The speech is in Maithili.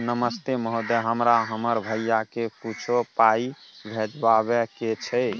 नमस्ते महोदय, हमरा हमर भैया के कुछो पाई भिजवावे के छै?